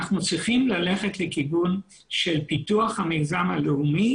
אנחנו צריכים ללכת לכיוון של פיתוח המיזם הלאומי